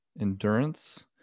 endurance